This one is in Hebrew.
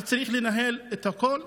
וצריך לנהל את הכול.